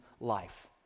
life